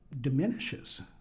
diminishes